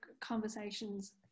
conversations